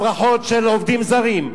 הברחות של עובדים זרים,